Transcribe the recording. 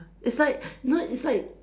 it's like you know it's like